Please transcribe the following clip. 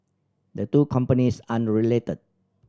the two companies aren't related